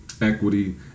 equity